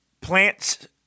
plants